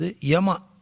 Yama